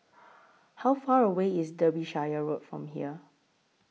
How Far away IS Derbyshire Road from here